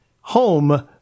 home